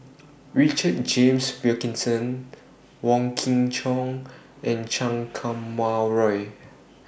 Richard James Wilkinson Wong Kin Jong and Chan Kum Wah Roy